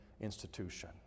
institution